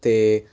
ਅਤੇ